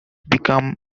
become